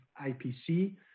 IPC